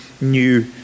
new